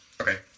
Okay